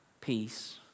peace